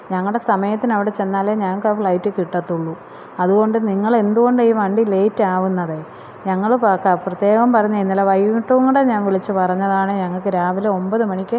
ഞങ്ങളുടെ സമയത്തിന് അവിടെ ചെന്നാലേ ഞങ്ങൾക്ക് ആ ഫ്ലൈറ്റ് കിട്ടത്തുള്ളൂ അതുകൊണ്ട് നിങ്ങൾ എന്തുകൊണ്ട് ഈ വണ്ടി ലേയ്റ്റ് ആവുന്നത് ഞങ്ങൾ പ്രത്യേകം പറഞ്ഞതാ ഇന്നലെ വൈകിട്ടുംകൂടെ ഞാന് വിളിച്ച് പറഞ്ഞതാണ് ഞങ്ങൾക്ക് രാവിലെ ഒമ്പത് മണിക്ക്